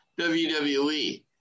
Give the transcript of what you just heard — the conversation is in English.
WWE